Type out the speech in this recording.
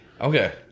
Okay